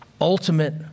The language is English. ultimate